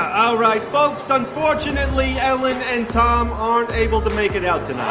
all right, folks. unfortunately, ellen and tom aren't able to make it out tonight.